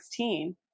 2016